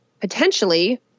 potentially